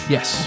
Yes